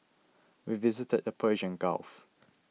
we visited the Persian Gulf